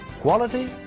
quality